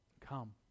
Come